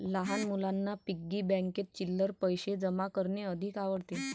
लहान मुलांना पिग्गी बँकेत चिल्लर पैशे जमा करणे अधिक आवडते